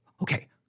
Okay